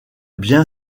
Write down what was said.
bien